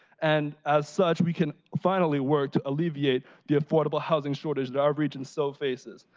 and as such, we can finally work to alleviate the affordable housing shortage that our region so faces.